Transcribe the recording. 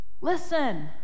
listen